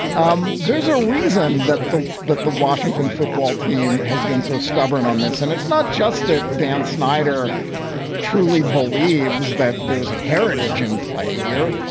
um there's a reason that. but the washington football team has been so stubborn on this. and it's not just that dan snyder truly believes that there's heritage in play here.